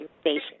station